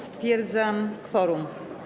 Stwierdzam kworum.